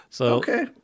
okay